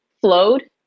flowed